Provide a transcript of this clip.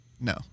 No